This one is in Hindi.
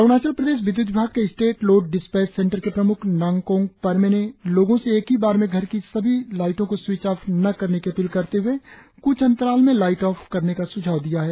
अरुणाचल प्रदेश विद्युत विभाग के स्टेट लोड डिस्पैच सेंटर के प्रम्ख नांग्कोंग परमे ने लोगों से एक ही बार में घर की सभी लाइटों को स्विच ऑफ न करने की अपील करते हुए क्छ अंतराल में लाइट ऑफ करने का स्झाव दिया है